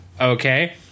Okay